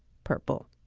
purple.